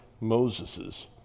Moses's